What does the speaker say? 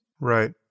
right